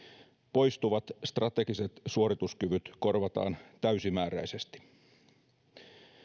poistuvat strategiset suorituskyvyt korvataan täysimääräisesti